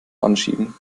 anschieben